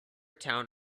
town